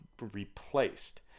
replaced